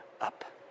up